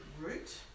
root